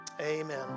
Amen